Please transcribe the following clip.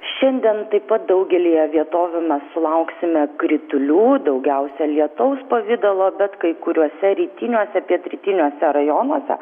šiandien taip pat daugelyje vietovių mes sulauksime kritulių daugiausia lietaus pavidalo bet kai kuriuose rytiniuose pietrytiniuose rajonuose